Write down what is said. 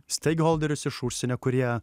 steikholderius iš užsienio kurie